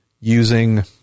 using